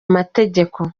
mategeko